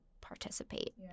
participate